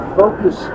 focus